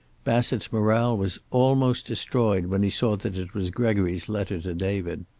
bassett's morale was almost destroyed when he saw that it was gregory's letter to david.